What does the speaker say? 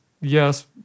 Yes